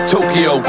Tokyo